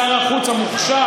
שר החוץ המוכשר,